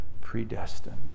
predestined